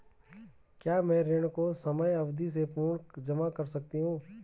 क्या मैं ऋण को समयावधि से पूर्व जमा कर सकती हूँ?